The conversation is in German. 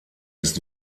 ist